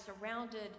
surrounded